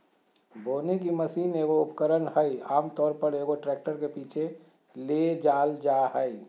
बोने की मशीन एगो उपकरण हइ आमतौर पर, एगो ट्रैक्टर के पीछे ले जाल जा हइ